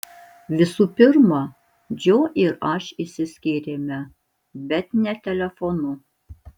visų pirma džo ir aš išsiskyrėme bet ne telefonu